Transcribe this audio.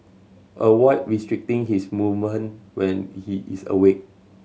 avoid restricting his movement when he is awake